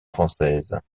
française